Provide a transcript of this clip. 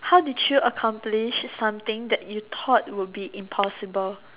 how did you accomplish something that you thought will be impossible